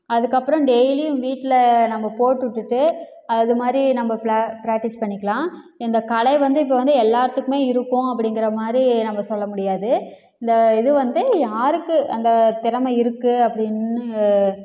அதுக்கப்புறம் டெய்லியும் வீட்டில் நம்ம போட்டு விட்டுட்டு அது மாதிரி நம்ம பிளா பிராக்டிஸ் பண்ணிக்கலாம் இந்த கலை வந்து இப்போ வந்து எல்லாத்துக்குமே இருக்கும் அப்படிங்கிற மாதிரி நம்ம சொல்லமுடியாது இந்த இது வந்து யாருக்கு அந்த திறமை இருக்குது அப்படின்னு